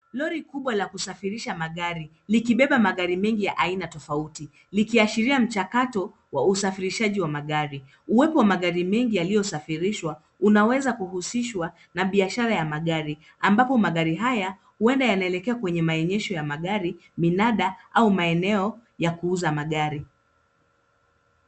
Lori kubwa la kusafirisha magari likibeba magari mengi ya aina tofauti likiashiria mchakato wa usafirishaji wa magari . Ywepo wa magari mengi yaliyosafirishwa unaweza kuhusishwa na biashara ya magari ambapo magari haya huenda yanaelekea kwenye maenyesho ya magari, minada au meneo ya kuuza magari.